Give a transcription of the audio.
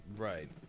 right